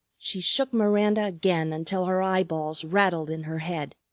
she shook miranda again until her eyeballs rattled in her head.